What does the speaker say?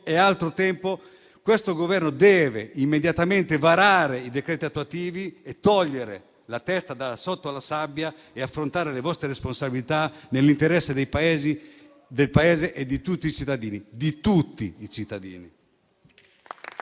altro tempo: il Governo deve intervenire immediatamente, varare i decreti attuativi, togliere la testa da sotto la sabbia e affrontare le responsabilità nell'interesse del Paese e di tutti i cittadini.